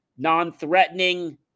non-threatening